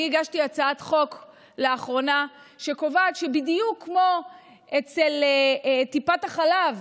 לאחרונה הגשתי הצעת חוק שקובעת שבדיוק כמו בטיפת חלב,